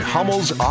Hummel's